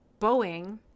Boeing